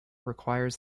requires